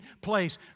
place